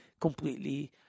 completely